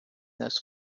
this